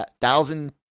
thousand